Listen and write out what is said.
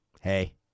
hey